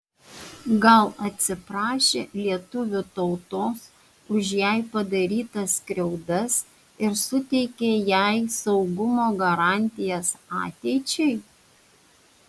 gal atsiprašė lietuvių tautos už jai padarytas skriaudas ir suteikė jai saugumo garantijas ateičiai